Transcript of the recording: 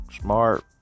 Smart